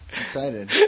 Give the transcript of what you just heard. excited